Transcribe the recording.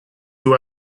you